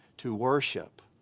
to worship.